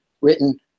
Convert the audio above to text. written